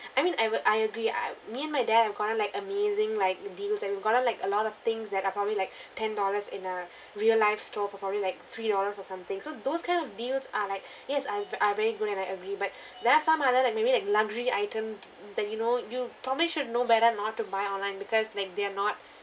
I mean I wh~ I agree I uh me and my dad have gotten like amazing like deals and we've gotten like a lot of things that are probably like ten dollars in a real life store for probably like three dollars or something so those kind of deals are like yes are are very good and I agree but there are some other like maybe like luxury item that you know you probably should know better not to buy online because like they're not